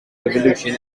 evolution